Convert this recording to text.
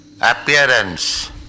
appearance